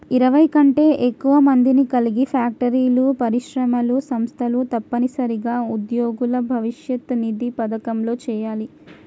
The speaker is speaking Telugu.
ఇరవై కంటే ఎక్కువ మందిని కలిగి ఫ్యాక్టరీలు పరిశ్రమలు సంస్థలు తప్పనిసరిగా ఉద్యోగుల భవిష్యత్ నిధి పథకంలో చేయాలి